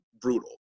brutal